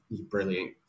Brilliant